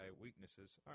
weaknesses